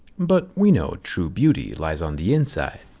but we know true beauty lies on the inside.